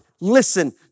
listen